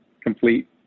complete